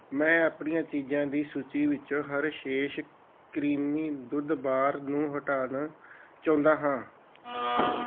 ਮੈਂ ਆਪਣੀਆਂ ਚੀਜ਼ਾਂ ਦੀ ਸੂਚੀ ਵਿੱਚੋਂ ਹਰਸ਼ੇਸ ਕਰੀਮੀ ਦੁੱਧ ਬਾਰ ਨੂੰ ਹਟਾਉਣਾ ਚਾਹੁੰਦਾ ਹਾਂ